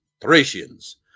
Thracians